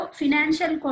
financial